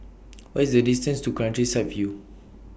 What IS The distance to Countryside View